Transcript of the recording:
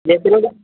जेतिरो तव्हां